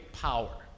power